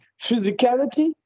Physicality